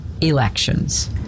elections